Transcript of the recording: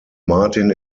martin